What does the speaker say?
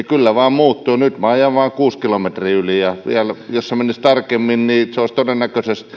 kyllä vain käyttäytyminen muuttuu nyt ajan vain kuusi kilometriä yli ja jos se menisi vielä tarkemmin niin se olisi